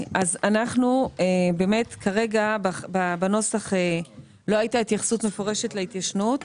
באמת כרגע בנוסח לא הייתה התייחסות מפורשת להתיישנות.